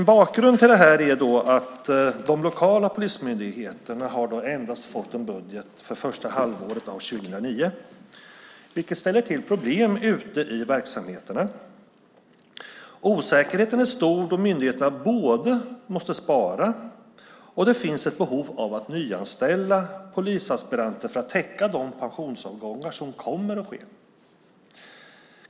Bakgrunden är att de lokala polismyndigheterna har fått en budget endast för första halvåret 2009, vilket ställer till problem ute i verksamheterna. Osäkerheten är stor då myndigheterna både måste spara och har behov av att nyanställa polisaspiranter för att täcka de pensionsavgångar som kommer att ske.